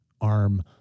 arm